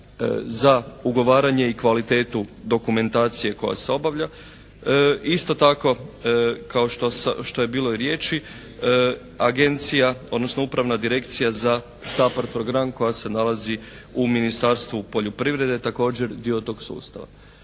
za ugovaranje i kvalitetu dokumentacije koja se obavlja. Isto tako kao što je bilo riječi agencija, odnosno upravna direkcija za SAPARD program koja se nalazi u Ministarstvu poljoprivrede također dio tog sustava.